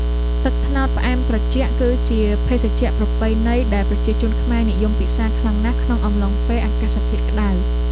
ទឹកត្នោតផ្អែមត្រជាក់ គឺជាភេសជ្ជៈប្រពៃណីដែលប្រជាជនខ្មែរនិយមពិសារខ្លាំងណាស់ក្នុងអំឡុងពេលអាកាសធាតុក្តៅ។